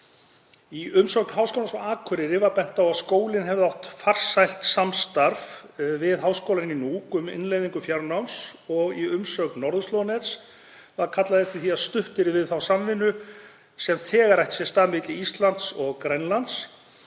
Í umsögn Háskólans á Akureyri var bent á að skólinn hefði átt farsælt samstarf við Háskólann í Nuuk um innleiðingu fjarnáms. Í umsögn Norðurslóðanets var kallað eftir því að stutt yrði við þá samvinnu sem þegar ætti sér stað milli Íslands og Grænlands